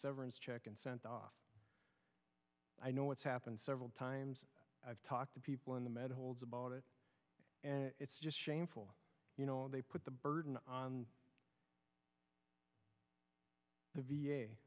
severance check and sent off i know what's happened several times i've talked to people in the med holds about it and it's just shameful you know they put the burden on the v